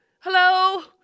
Hello